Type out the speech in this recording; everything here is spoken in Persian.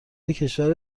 کشور